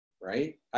right